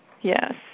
yes